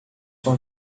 com